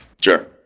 Sure